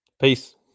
Peace